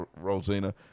rosina